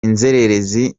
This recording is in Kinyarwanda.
inzererezi